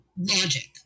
logic